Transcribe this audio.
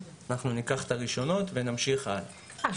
אנחנו ניקח את הראשונות ונמשיך הלאה.